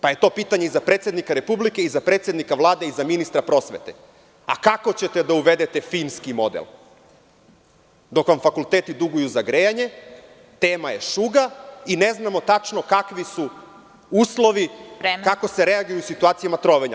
To je pitanje i za predsednika Republike i za predsednika Vlade i za ministra prosvete, kako ćete da uvedete finski model dok vam fakulteti duguju za grejanje, tema je šuga i ne znamo tačno kakvi su uslovi, kako se reaguje u situacijama trovanja?